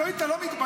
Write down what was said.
יותר טוב לך.